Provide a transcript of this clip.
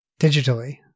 digitally